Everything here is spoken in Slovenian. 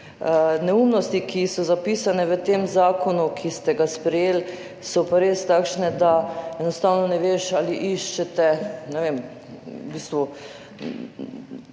neumnosti, ki so zapisane v tem zakonu, ki ste ga sprejeli, so pa res takšne, da enostavno ne veš, ali iščete, ne vem, v bistvu